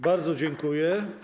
Bardzo dziękuję.